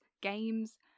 games